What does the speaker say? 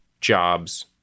jobs